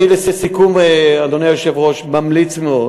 לסיכום, אדוני היושב-ראש, אני ממליץ מאוד